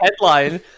headline